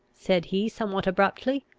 said he, somewhat abruptly,